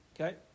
Okay